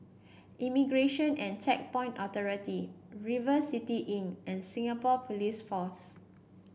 Immigration and Checkpoint Authority River City Inn and Singapore Police Force